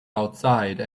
outside